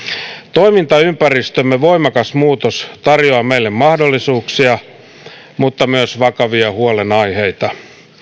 toimintaympäristömme voimakas muutos tarjoaa meille mahdollisuuksia mutta myös vakavia huolenaiheita